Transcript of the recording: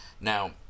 Now